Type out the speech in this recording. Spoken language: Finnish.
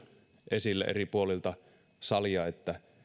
esille eri puolilta salia että